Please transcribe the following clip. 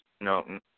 No